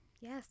Yes